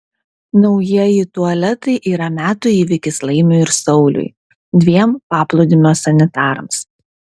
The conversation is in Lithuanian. naujieji tualetai yra metų įvykis laimiui ir sauliui dviem paplūdimio sanitarams